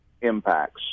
impacts